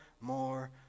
more